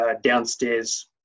downstairs